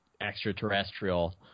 extraterrestrial